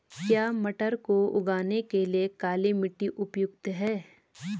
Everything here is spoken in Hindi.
क्या मटर को उगाने के लिए काली मिट्टी उपयुक्त है?